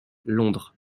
londres